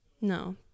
No